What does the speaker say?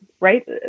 right